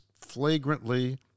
flagrantly